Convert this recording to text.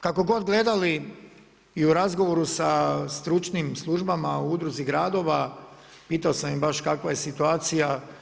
Kako god gledali i u razgovoru sa stručnim službama u udruzi gradova pitao sam ih baš kakva je situacija.